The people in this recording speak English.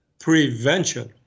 Prevention